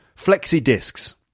flexi-discs